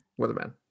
Weatherman